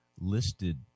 listed